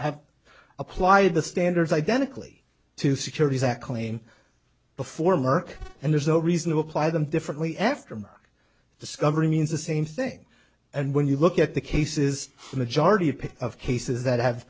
have applied the standards identically to securities that claim before merck and there's no reason to apply them differently after my discovery means the same thing and when you look at the cases the majority of cases that